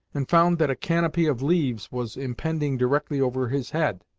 and found that a canopy of leaves was impending directly over his head.